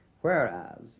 whereas